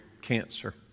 cancer